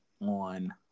on